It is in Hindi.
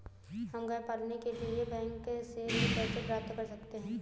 हम गाय पालने के लिए बैंक से ऋण कैसे प्राप्त कर सकते हैं?